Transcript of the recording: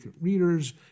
readers